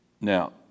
Now